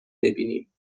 بیینیم